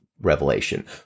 Revelation